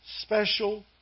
special